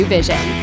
Vision